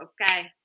okay